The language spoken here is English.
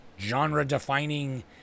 genre-defining